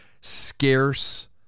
scarce